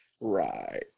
Right